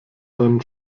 dann